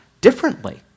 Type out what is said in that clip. differently